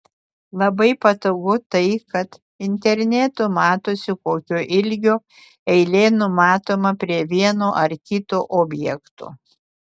labai patogu tai kad internetu matosi kokio ilgio eilė numatoma prie vieno ar kito objekto